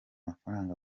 mafaranga